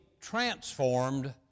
transformed